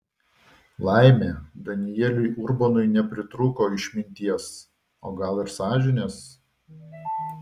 laimė danieliui urbonui nepritrūko išminties o gal ir sąžinės